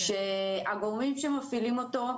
הגורמים שמפעילים אותו,